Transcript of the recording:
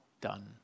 done